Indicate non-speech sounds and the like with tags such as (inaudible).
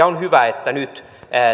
(unintelligible) on hyvä että nyt